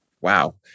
Wow